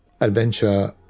adventure